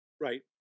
Right